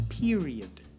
Period